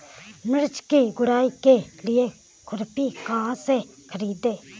मिर्च की गुड़ाई के लिए खुरपी कहाँ से ख़रीदे?